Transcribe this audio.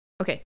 Okay